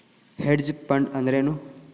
Hedge fund ಅಂದ್ರೇನು?